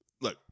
look